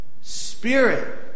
Spirit